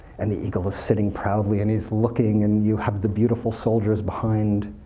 and the eagle is sitting proudly, and he's looking, and you have the beautiful soldiers behind,